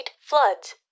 Floods